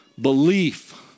Belief